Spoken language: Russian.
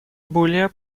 более